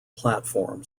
platform